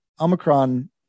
Omicron